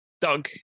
Doug